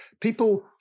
People